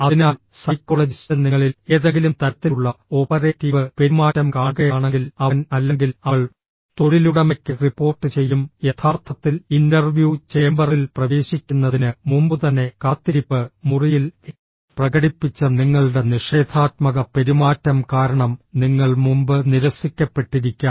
അതിനാൽ സൈക്കോളജിസ്റ്റ് നിങ്ങളിൽ ഏതെങ്കിലും തരത്തിലുള്ള ഓപ്പറേറ്റീവ് പെരുമാറ്റം കാണുകയാണെങ്കിൽ അവൻ അല്ലെങ്കിൽ അവൾ തൊഴിലുടമയ്ക്ക് റിപ്പോർട്ട് ചെയ്യും യഥാർത്ഥത്തിൽ ഇന്റർവ്യൂ ചേമ്പറിൽ പ്രവേശിക്കുന്നതിന് മുമ്പുതന്നെ കാത്തിരിപ്പ് മുറിയിൽ പ്രകടിപ്പിച്ച നിങ്ങളുടെ നിഷേധാത്മക പെരുമാറ്റം കാരണം നിങ്ങൾ മുമ്പ് നിരസിക്കപ്പെട്ടിരിക്കാം